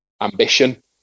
ambition